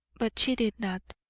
but she did not.